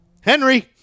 Henry